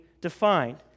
defined